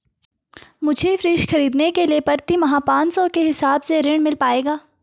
मुझे फ्रीज खरीदने के लिए प्रति माह पाँच सौ के हिसाब से ऋण मिल पाएगा?